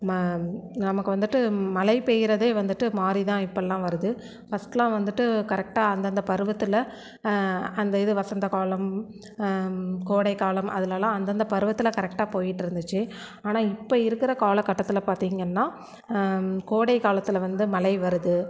ம நமக்கு வந்துட்டு மழை பெய்கிறதே வந்துட்டு மாறி தான் இப்பெல்லாம் வருது ஃபஸ்ட்டெலாம் வந்துட்டு கரெக்டாக அந்தந்த பருவத்தில் அந்த இது வசந்த காலம் கோடைக்காலம் அதுலெலாம் அந்தந்த பருவத்தில் கரெக்டாக போய்கிட்டுருந்துச்சி ஆனால் இப்போ இருக்கிற காலகட்டத்தில் பார்த்திங்கன்னா கோடைக்காலத்தில் வந்து மழை வருது